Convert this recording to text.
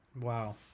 Wow